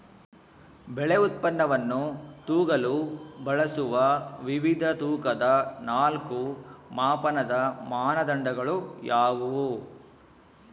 ಬೆಳೆ ಉತ್ಪನ್ನವನ್ನು ತೂಗಲು ಬಳಸುವ ವಿವಿಧ ತೂಕದ ನಾಲ್ಕು ಮಾಪನದ ಮಾನದಂಡಗಳು ಯಾವುವು?